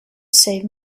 save